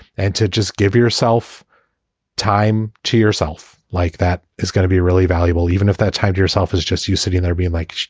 and to just give yourself time to yourself like that. it's gonna be really valuable even if that time to yourself is just you sitting there being like,